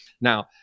Now